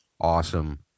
awesome